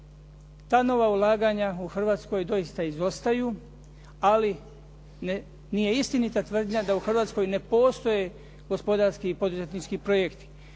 Ta nova ulaganja u Hrvatskoj doista izostaju, ali nije istinita tvrdnja da u Hrvatskoj ne postoje gospodarski i poduzetnički projekti.